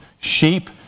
Sheep